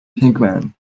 Pinkman